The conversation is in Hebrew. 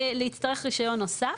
להיות צריכה ברישיון נוסף.